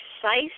precise